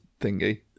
thingy